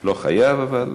לא חייבים, אבל,